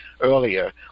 earlier